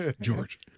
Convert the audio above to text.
George